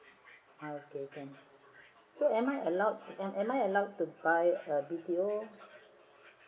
okay can so am I allowed am I allowed to buy a B_T_O